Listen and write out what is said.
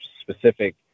specific